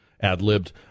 ad-libbed